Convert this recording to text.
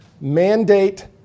Mandate